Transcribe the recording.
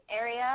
area